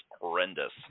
horrendous